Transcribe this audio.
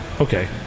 Okay